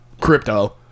crypto